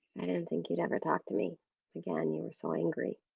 i didn't think you'd ever talk to me again, you were so angry.